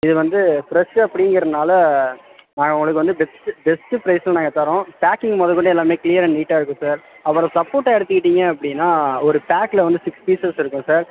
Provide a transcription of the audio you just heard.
இது வந்து ப்ரெஷு அப்படிங்கிறதுனால நாங்கள் உங்களுக்கு வந்து பெஸ்ட்டு பெஸ்ட்டு ப்ரைஸில் நாங்கள் தர்றோம் பேக்கிங் முதக்கொண்டு எல்லாம் கிளியர் அண்ட் நீட்டாக இருக்கும் சார் அப்புறம் சப்போட்டா எடுத்துக்கிட்டிங்க அப்படினா ஒரு பேக்கில் வந்து சிக்ஸ் பீசஸ் இருக்கும் சார்